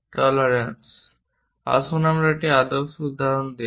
tolerance আসুন আমরা একটি আদর্শ উদাহরণ দেখি